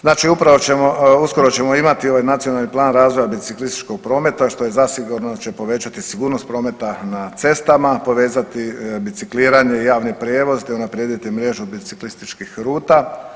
Znači upravo ćemo, uskoro ćemo imati ovaj nacionalni plan razvoja biciklističkih prometa što je zasigurno će povećati sigurnost prometa na cestama, povezati bicikliranje i javni prijevoz te unaprijediti mrežu biciklističkih ruta.